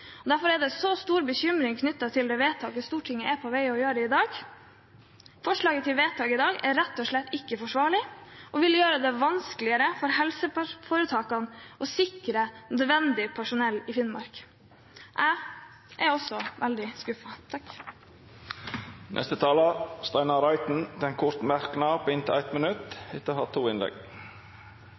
Derfor er det stor bekymring knyttet til det vedtaket Stortinget er på vei til å gjøre i dag. Forslaget til vedtak i dag er rett og slett ikke forsvarlig og vil gjøre det vanskelig for helseforetakene å sikre nødvendig personell i Finnmark. Jeg er også veldig skuffet. Representanten Steinar Reiten har hatt ordet to gonger tidlegare og får ordet til ein kort merknad, avgrensa til 1 minutt. Et par kommentarer til tidligere innlegg: